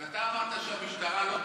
אבל אתה אמרת שהמשטרה לא טובה,